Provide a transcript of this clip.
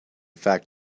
fact